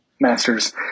master's